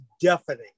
deafening